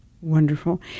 Wonderful